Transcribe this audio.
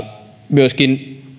myöskin